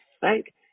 thank